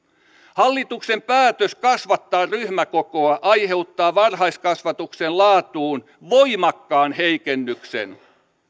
hallituksen päätös kasvattaa ryhmäkokoa aiheuttaa varhaiskasvatuksen laatuun voimakkaan heikennyksen